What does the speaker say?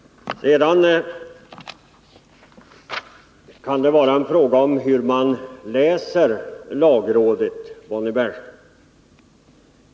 Det kan vara en fråga om hur man läser lagrådets yttrande, Bonnie Bernström.